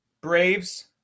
Braves